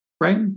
right